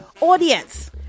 audience